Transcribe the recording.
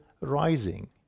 rising